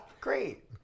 great